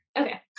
okay